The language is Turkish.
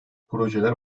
projeler